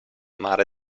mare